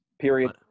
Period